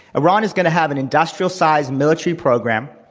iran is going to have an industrial sized military program,